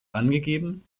angegeben